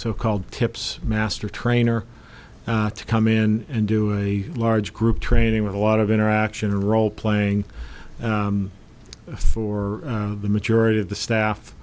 so called tips master trainer to come in and do a large group training with a lot of interaction and role playing for the majority of the staff